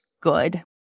good